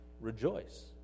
rejoice